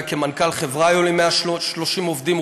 כמנכ"ל חברה היו לי 130 עובדים,